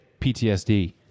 PTSD